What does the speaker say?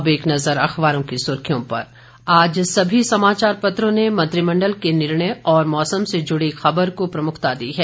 अब एक नज़र अखबारों की सुर्खियों पर आज सभी समाचार पत्रों ने मंत्रिमंडल के निर्णय और मौसम से जुड़ी खबर को प्रमुखता दी है